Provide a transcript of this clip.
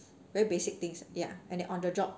very basic things ya and on the job